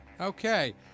Okay